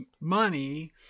money